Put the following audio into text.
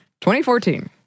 2014